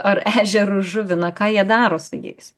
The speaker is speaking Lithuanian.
ar ežerus žuvina ką jie daro su jais